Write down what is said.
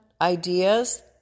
ideas